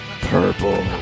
Purple